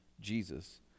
Jesus